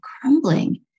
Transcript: crumbling